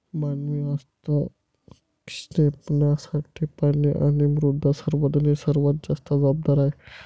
मानवी हस्तक्षेपासाठी पाणी आणि मृदा संवर्धन हे सर्वात जास्त जबाबदार आहेत